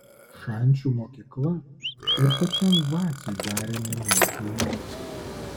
šančių mokykla ir pačiam vaciui darė nemenką įtaką